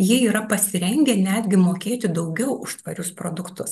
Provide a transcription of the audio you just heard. jie yra pasirengę netgi mokėti daugiau už tvarius produktus